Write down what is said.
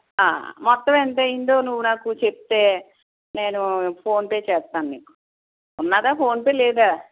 మొత్తం ఎంత అయ్యిందో నువ్వు నాకు చెప్తే నేను ఫోన్ పే చేస్తాను నీకు ఉన్నదా ఫోన్ పే లేదా